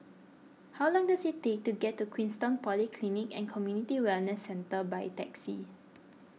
how long does it take to get to Queenstown Polyclinic and Community Wellness Centre by taxi